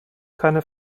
keine